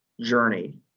journey